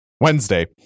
Wednesday